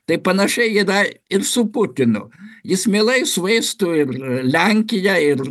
tai panašiai yra ir su putinu jis mielai suėstų ir lenkiją ir